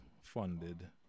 funded